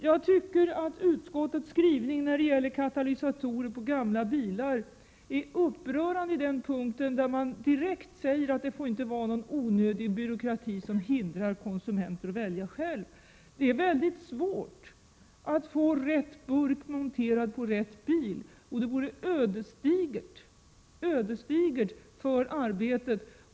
Jag tycker att utskottets skrivning när det gäller katalysatorer på gamla bilar är upprörande i det avsnitt där man direkt säger att det inte får vara någon onödig byråkrati som hindrar konsumenter att välja själva. Det är mycket svårt att få rätt burk monterad på rätt bil.